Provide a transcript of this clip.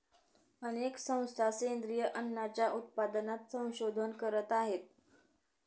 अनेक संस्था सेंद्रिय अन्नाच्या उत्पादनात संशोधन करत आहेत